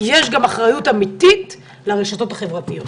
יש גם אחריות אמיתית לרשתות החברתיות